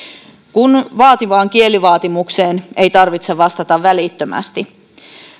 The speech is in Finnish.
kun vaativaan kielivaatimukseen ei tarvitse vastata välittömästi